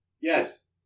Yes